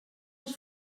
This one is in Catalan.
els